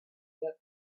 that